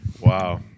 wow